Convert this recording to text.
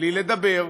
בלי לדבר,